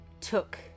took